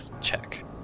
check